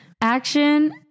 Action